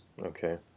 Okay